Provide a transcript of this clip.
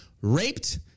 raped